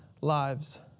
lives